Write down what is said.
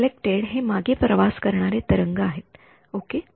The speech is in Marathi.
रिफ्लेक्टड हे मागे प्रवास करणारे तरंग आहे ओके